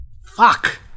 fuck